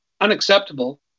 Unacceptable